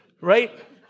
right